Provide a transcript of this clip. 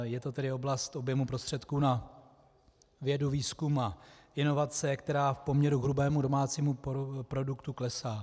Je to oblast objemu prostředků na vědu, výzkum a inovace, která v poměru k hrubému domácímu produktu klesá.